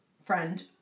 friend